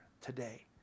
today